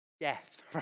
Death